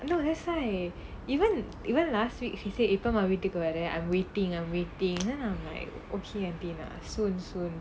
ya that's why even even last week he say எப்போமா வீட்டுக்கு வர வீட்டுக்கு வர:eppomaa veettukku vara I'm waiting I'm waiting then I'm like okay ending ah soon soon